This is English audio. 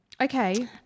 Okay